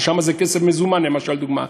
שם זה כסף מזומן, למשל, דוגמה.